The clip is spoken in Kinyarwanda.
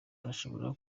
bashobora